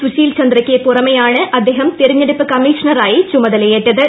സുശീൽ ചന്ദ്രയ്ക്ക് പുറമെയാണ് അദ്ദേഹം തിരഞ്ഞെടുപ്പ് കമ്മീഷണറായി ചുമതലയേറ്റത്